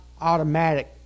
automatic